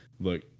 look